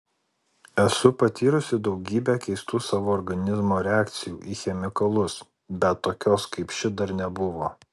esu patyrusi daugybę keistų savo organizmo reakcijų į chemikalus bet tokios kaip ši dar nebuvo